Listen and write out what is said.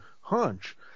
hunch